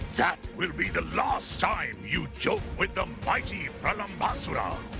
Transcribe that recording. that will be the last time you joke with the mighty pralambasura!